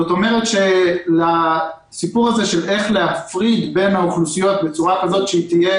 זאת אומרת שהשאלה איך להפריד בין האוכלוסיות בצורה שתהיה